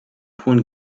polen